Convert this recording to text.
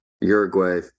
Uruguay